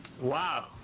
Wow